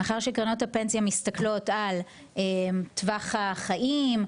מאחר שקרנות הפנסיה מסתכלות על טווח החיים,